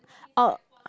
oh